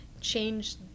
change